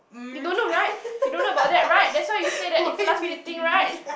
you don't know right you don't know about that right that's why you say that it's a last minute thing right